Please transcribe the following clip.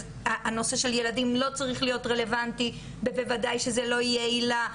אז הנושא של ילדים לא צריך להיות רלוונטי ובוודאי שזה לא יהיה עילה,